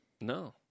no